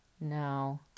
No